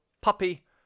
Puppy